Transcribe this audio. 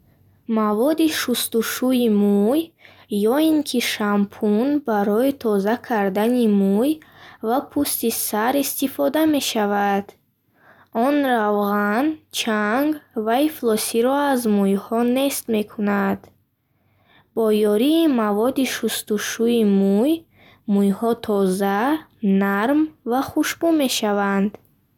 Маводди шустушӯи мӯй е ин ки шампун барои тоза кардани мӯй ва пӯсти сар истифода мешавад. Он равған, чанг ва ифлосиро аз муйҳо нест мекунад. Бо ёрии маводди шустушӯи мӯй мӯйҳо тоза, нарм ва хушбӯ мешаванд.